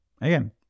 again